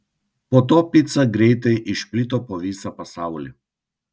po to pica greitai išplito po visą pasaulį